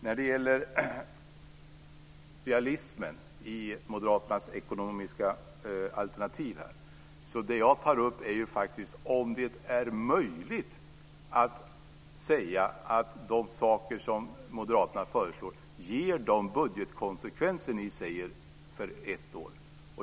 När det gäller realismen i Moderaternas ekonomiska alternativ frågar jag om det är möjligt att säga att de saker som ni moderater föreslår ger de budgetkonsekvenser som ni säger för ett år.